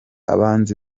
abanzi